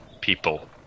people